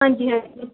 ਹਾਂਜੀ ਹਾਂਜੀ